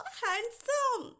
handsome